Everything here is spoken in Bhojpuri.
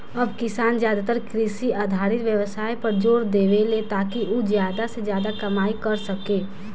अब किसान ज्यादातर कृषि आधारित व्यवसाय पर जोर देवेले, ताकि उ ज्यादा से ज्यादा कमाई कर सके